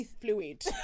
fluid